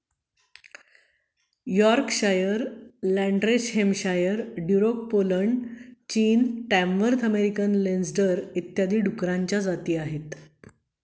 Yorkshire, Landrace Hampshire, Duroc Poland, चीन, Tamworth American लेन्सडर इत्यादी डुकरांच्या जाती आहेत